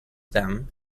them